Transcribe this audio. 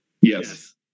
Yes